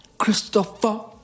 Christopher